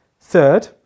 Third